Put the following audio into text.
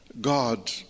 God